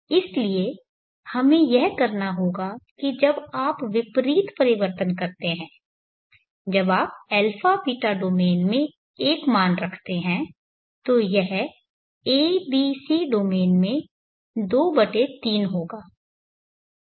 इसलिए हमें यह करना होगा कि जब आप विपरीत परिवर्तन करते हैं जब आप αβ डोमेन में 1 मान रखते हैं तो यह a b c डोमेन में 23 होगा